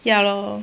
ya lor